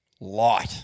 light